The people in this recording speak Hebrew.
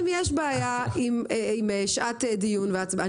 אם יש בעיה בשעת דיון והצבעה,